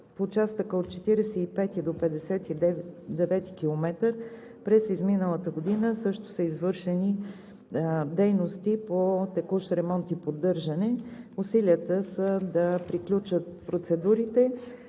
В участъка от км 45 до км 59 през изминалата година също са извършени дейности по текущ ремонт и поддържане. Усилията са да приключат процедурите